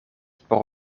por